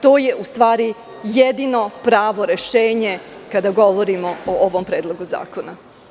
To je u stvari jedino pravo rešenje kada govorimo o ovom predlogu zakona.